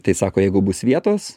tai sako jeigu bus vietos